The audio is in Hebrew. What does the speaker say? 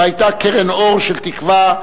והיתה קרן אור של תקווה,